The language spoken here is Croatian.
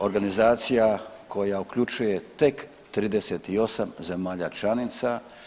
Organizacija koja uključuje tek 38 zemalja članica.